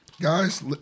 Guys